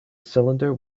cylinder